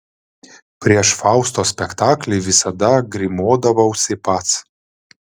prieš fausto spektaklį visada grimuodavausi pats